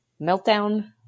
meltdown